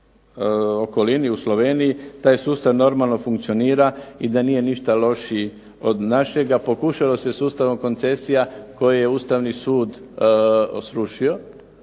u Sloveniji taj sustav normalno funkcionira i da nije ništa lošiji od našega. Pokušalo se sustavom koncesija koje je Ustavni sud ...